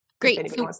Great